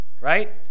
right